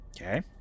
Okay